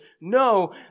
No